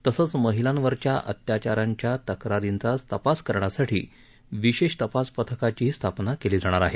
तसेच महिलांवरच्या अत्याचारांच्या तक्रारींचा तपास करण्यासाठी विशेष तपास पथकाचीही स्थापना केली जाणार आहे